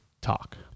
talk